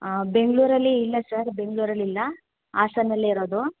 ಹಾಂ ಬೆಂಗಳೂರಲ್ಲಿ ಇಲ್ಲ ಸರ್ ಬೆಂಗಳೂರಲ್ಲಿ ಇಲ್ಲ ಹಾಸನಲ್ಲಿ ಇರೋದು